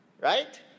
Right